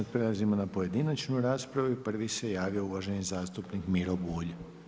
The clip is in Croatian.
Sada prelazim na pojedinačnu raspravu i prvi se javio uvaženi zastupnik Miro Bulj.